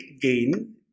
gain